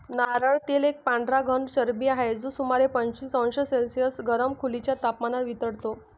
नारळ तेल एक पांढरा घन चरबी आहे, जो सुमारे पंचवीस अंश सेल्सिअस गरम खोलीच्या तपमानावर वितळतो